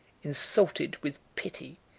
insulted with pity,